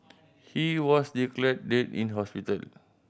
he was declared dead in hospital